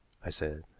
i said.